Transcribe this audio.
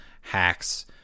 hacks